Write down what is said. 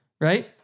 right